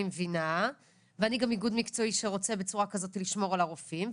אני מבינה ואני גם איגוד מקצועי שרוצה בצורה כזאת לשמור על הרופאים.